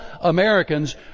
Americans